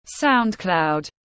soundcloud